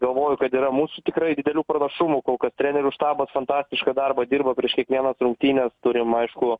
galvoju kad yra mūsų tikrai didelių pranašumų kol kas trenerių štabas fantastišką darbą dirba prieš kiekvienas rungtynes turim aišku